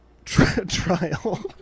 trial